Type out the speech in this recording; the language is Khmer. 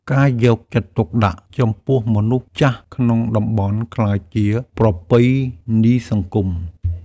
ការយកចិត្តទុកដាក់ចំពោះមនុស្សចាស់ក្នុងតំបន់ក្លាយជាប្រពៃណីសង្គម។